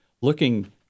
looking